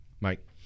Mike